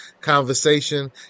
conversation